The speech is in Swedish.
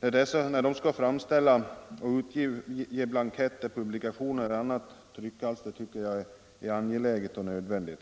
när de skall framställa och utge blankett, publikation eller annat tryckalster, tycker jag är angeläget och nödvändigt.